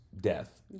death